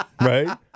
Right